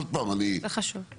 זה חשוב.